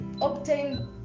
obtain